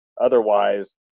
otherwise